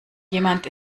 jemand